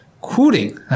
cooling